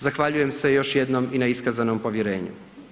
Zahvaljujem se još jednom i na iskazanom povjerenju.